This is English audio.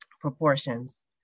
proportions